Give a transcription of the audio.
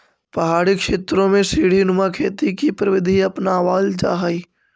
पहाड़ी क्षेत्रों में सीडी नुमा खेती की प्रविधि अपनावाल जा हई